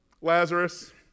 Lazarus